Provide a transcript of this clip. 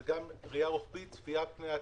הוא גם בדיקה רוחבית וצפיית פני העתיד,